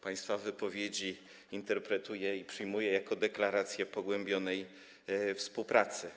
Państwa wypowiedzi interpretuję i przyjmuję jako deklarację pogłębionej współpracy.